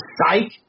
Psych